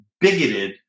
bigoted